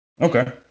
Okay